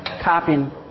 copying